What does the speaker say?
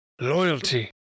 Loyalty